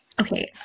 Okay